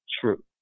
true